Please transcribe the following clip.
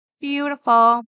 Beautiful